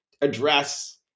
address